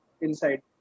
inside